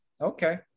okay